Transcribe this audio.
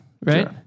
right